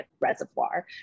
reservoir